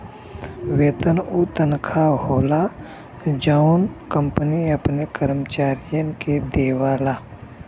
वेतन उ तनखा होला जौन कंपनी अपने कर्मचारियन के देवला